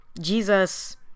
Jesus